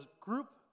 group